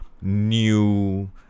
new